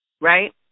right